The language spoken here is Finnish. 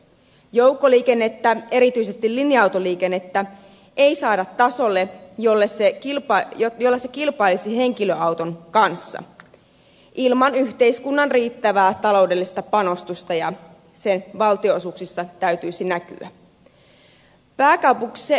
joukkoliikennettä erityisesti linja autoliikennettä ei saada tasolle jolla se kilpailisi henkilöauton kanssa ilman yhteiskunnan riittävää taloudellista panostusta ja sen valtionosuuksissa täytyisi näkyä